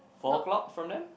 four o-clock from them